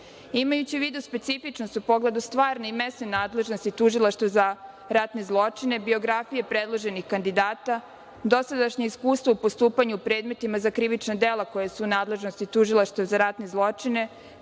Vladi. Imajući u vidu specifičnost u pogledu stvarne i mesne nadležnosti tužilaštva za ratne zločine, biografije predloženih kandidata, dosadašnje iskustvo u postupanju predmetima za krivična dela koja su u nadležnosti tužilaštva za ratne zločine,